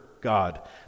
God